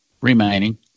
remaining